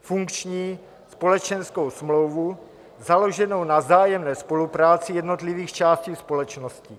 funkční společenskou smlouvu založenou na vzájemné spolupráci jednotlivých částí společnosti.